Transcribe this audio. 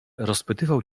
rozpytywał